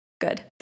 Good